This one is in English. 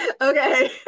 Okay